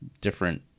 different